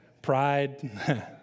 Pride